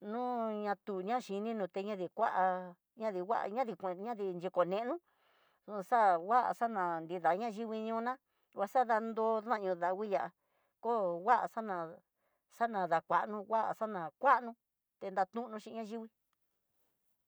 no ña tuña xhini, no teñpa dikua ñadikua ñadikue ñadi yuku nenú xon xa ngua xana nrida na yingui ñona ngua xadanró naño danguiyá ko ngua xana, xana dakuano nguá xana kuano tinaratoxi ayivii.